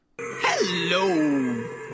Hello